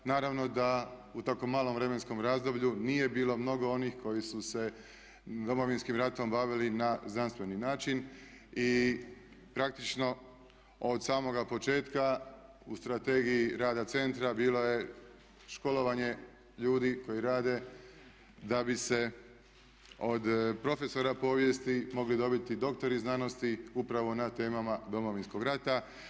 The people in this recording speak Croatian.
Naravno da u tako malom vremenskom razdoblju nije bilo mnogo onih koji su se Domovinskim ratom bavili na znanstveni način i praktično od samoga početka u strategiji rada centra bilo je školovanje ljudi koji rade da bi se od profesora povijesti mogli dobiti doktori znanosti upravo na temama Domovinskog rata.